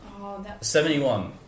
71